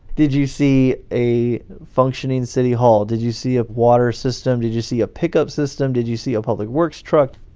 did you see a functioning city hall? did you see a water system? did you see a pick-up system? did you see a public works truck?